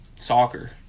Soccer